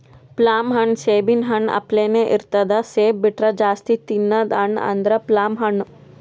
plum ಹಣ್ಣ್ ಸೇಬಿನ್ ಹಣ್ಣ ಅಪ್ಲೆನೇ ಇರ್ತದ್ ಸೇಬ್ ಬಿಟ್ರ್ ಜಾಸ್ತಿ ತಿನದ್ ಹಣ್ಣ್ ಅಂದ್ರ ಪ್ಲಮ್ ಹಣ್ಣ್